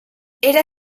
era